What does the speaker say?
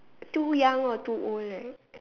too young or too old right